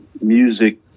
music